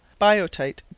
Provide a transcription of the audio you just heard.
biotite